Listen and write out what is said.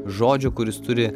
žodžio kuris turi